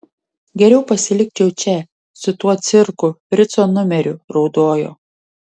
geriau pasilikčiau čia su tuo cirku frico numeriu raudojo